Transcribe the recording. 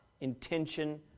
intention